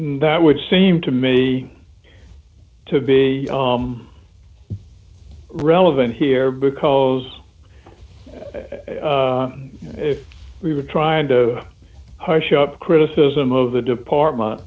that would seem to me to be relevant here because if we were trying to harsh up criticism of the department